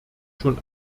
schon